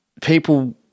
people